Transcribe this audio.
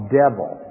devil